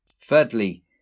Thirdly